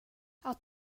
att